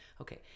Okay